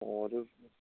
অঁ